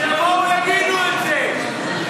שיבואו, יגידו את זה.